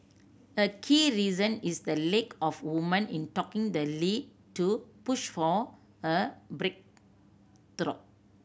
a key reason is the lake of woman in talking the lead to push for a breakthrough